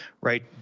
right